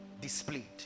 displayed